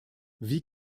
wie